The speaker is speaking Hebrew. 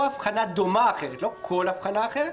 אבחנה דומה אחרת לא כל אבחנה אחרת,